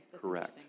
Correct